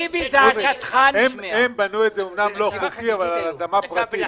הם בנו לא חוקית, אבל על אדמה פרטית.